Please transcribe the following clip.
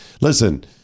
Listen